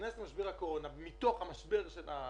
להיכנס למשבר הקורונה מתוך המשבר של האקלים,